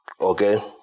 Okay